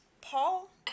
Paul